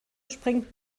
springt